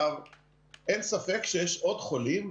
אין ספק שיש עוד חולים,